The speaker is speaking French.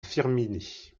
firminy